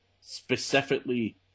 specifically